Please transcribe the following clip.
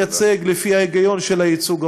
תודה.